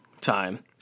time